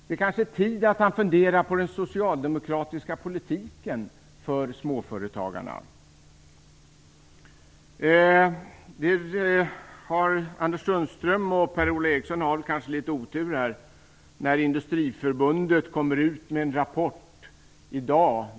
Det är kanske tid för att han funderar på den socialdemokratiska politiken för småföretagarna. Anders Sundström och Per-Ola Eriksson har litet otur. Industriförbundet kom ut med en rapport i dag.